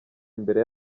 imbere